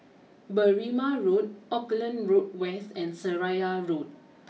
Berrima Road Auckland Road West and Seraya Road